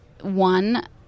one